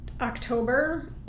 October